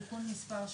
תיקון מספר 8,